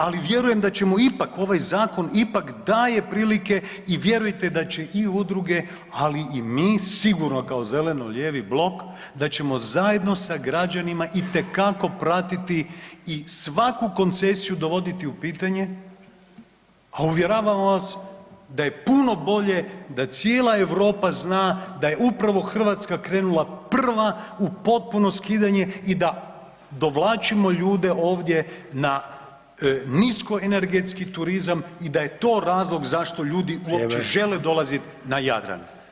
Ali vjerujem da ćemo ipak, ovaj zakon ipak daje prilike i vjerujte da će i udruge ali i mi sigurno to kao zeleno-lijevi blok, da ćemo zajedno sa građanima itekako pratiti i svaku koncesiju dovoditi u pitanje a uvjeravam vas da je puno bolje da cijela Europa zna je upravo Hrvatska krenula prva u potpuno skidanje i da dovlačimo ljude ovdje na nisko energetski turizam i da je to razlog zašto ljudi uopće žele dolazit na Jadran.